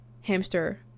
hamster